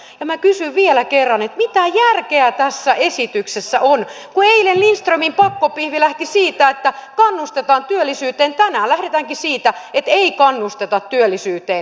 minä kysyn vielä kerran mitä järkeä tässä esityksessä on kun eilen lindströmin pakkopihvi lähti siitä että kannustetaan työllisyyteen ja tänään lähdetäänkin siitä että ei kannusteta työllisyyteen